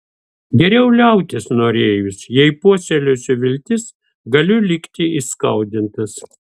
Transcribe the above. geriau liautis norėjus jei puoselėsiu viltis galiu likti įskaudintas